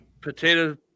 Potato